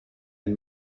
ein